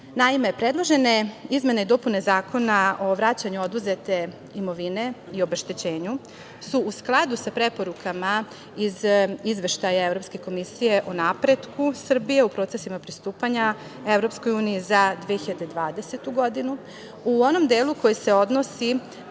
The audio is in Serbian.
Mađare. Naime, predložene izmene i dopune Zakona o vraćanju oduzete imovine i obeštećenju su u skladu sa preporukama iz Izveštaja Evropske komisije o napretku Srbije u procesima pristupanja EU za 2020. godinu u onom delu koji se odnosi